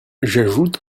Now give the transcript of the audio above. j’ajoute